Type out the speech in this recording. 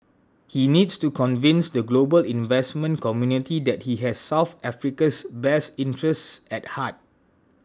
he needs to convince the global investment community that he has South Africa's best interests at heart